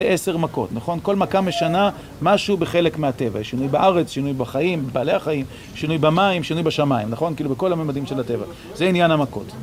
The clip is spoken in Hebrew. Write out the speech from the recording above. זה עשר מכות, נכון? כל מכה משנה משהו בחלק מהטבע. שינוי בארץ, שינוי בחיים, בעלי החיים, שינוי במים, שינוי בשמיים, נכון? כאילו, בכל הממדים של הטבע. זה עניין המכות.